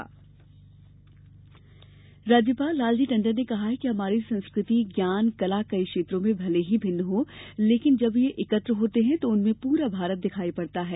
संस्कृति महोत्सव राज्यपाल लालजी टंडन ने कहा कि हमारी संस्कृति ज्ञान कला कई क्षेत्रों में भले ही भिन्न हो लेकिन जब यह एकत्र होते हैं तो उनमें पूरा भारत दिखाई पड़ता है